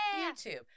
YouTube